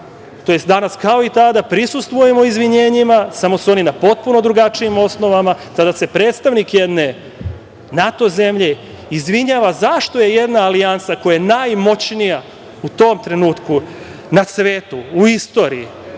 tj. danas kao i tada prisustvujemo izvinjenjima, samo su oni na potpuno drugačijim osnovama. Sada se predstavnik jedne NATO zemlje izvinjava zašto je jedna alijansa, koja je najmoćnija u tom trenutku na svetu, u istoriji,